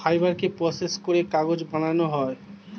ফাইবারকে প্রসেস করে কাগজ বানানো হয়